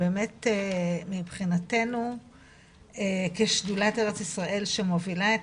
באמת מבחינתנו כשדולת א"י שמובילה את